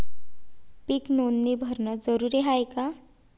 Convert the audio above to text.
पीक नोंदनी भरनं जरूरी हाये का?